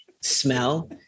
smell